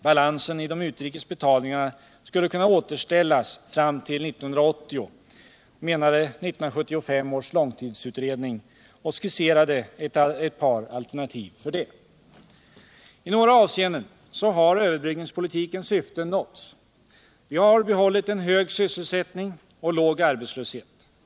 Balansen i de utrikes betalningarna skulle kunna återställas fram till år 1980, menade 1975 års långtidsutredning och skisserade ett par alternativ för detta. I några avseenden har överbryggningspolitikens syften nåtts. Vi har behållit en hög sysselsättning och en låg arbetslöshet.